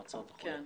מועצות וכו'.